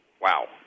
Wow